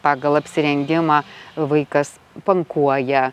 pagal apsirengimą vaikas pankuoja